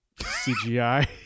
CGI